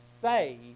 say